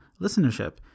listenership